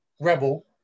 Rebel